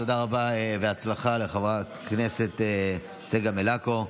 תודה רבה ובהצלחה לחברת הכנסת צגה מלקו.